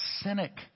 cynic